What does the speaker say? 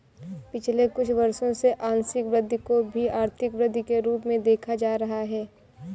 पिछले कुछ वर्षों से आंशिक वृद्धि को भी आर्थिक वृद्धि के रूप में देखा जा रहा है